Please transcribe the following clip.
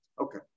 Okay